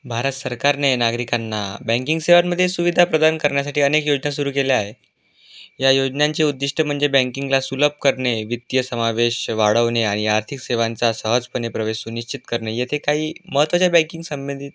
भारत सरकारने नागरिकांना बँकिंग सेवांमध्ये सुविधा प्रदान करण्यासाठी अनेक योजना सुरू केल्या आहे या योजनांचे उद्दिष्ट म्हणजे बँकिंगला सुलभ करणे वित्तीय समावेश वाढवणे आणि आर्थिक सेवांचा सहजपणे प्रवेश सुनिश्चित करणे येथे काही महत्त्वाच्या बँकिंग संबंधित